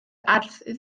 ardd